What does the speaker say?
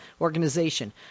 organization